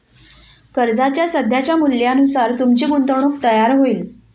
कर्जाच्या सध्याच्या मूल्यानुसार तुमची गुंतवणूक तयार होईल